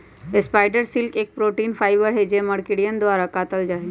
spider silk एक protein fibre हई जो मकड़ियन द्वारा कातल जाहई